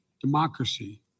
democracy